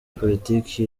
politiki